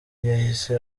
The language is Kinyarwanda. yahise